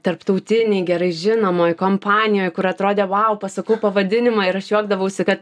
tarptautinėj gerai žinomoj kompanijoj kur atrodė vau pasakau pavadinimą ir aš juokdavausi kad